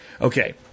Okay